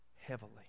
heavily